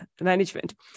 management